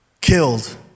killed